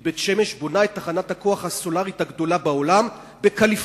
מבית-שמש בונה את תחנת הכוח הסולרית הגדולה בעולם בקליפורניה,